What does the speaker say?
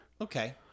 Okay